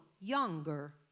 younger